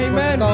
Amen